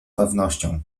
pewnością